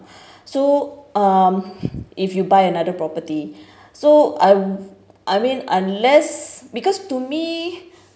so um if you buy another property so I I mean unless because to me